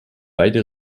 beide